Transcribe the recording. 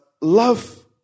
love